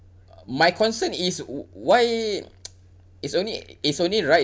uh my concern is w~ why it's only it's only right